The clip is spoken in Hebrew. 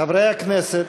חברי הכנסת,